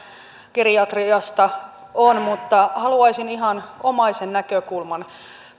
geriatriasta on mutta haluaisin ihan omaisen näkökulman